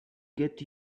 get